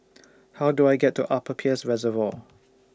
How Do I get to Upper Peirce Reservoir